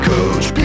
Coach